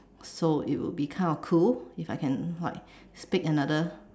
so it will be kind of cool if I can like speak another